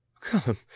Come